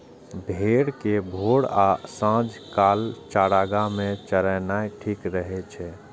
भेड़ कें भोर आ सांझ काल चारागाह मे चरेनाय ठीक रहै छै